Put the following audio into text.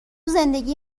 زندگی